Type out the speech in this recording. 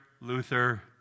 Luther